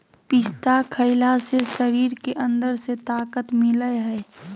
पिस्ता खईला से शरीर के अंदर से ताक़त मिलय हई